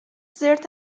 زرت